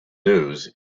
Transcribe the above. news